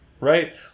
Right